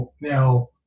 Now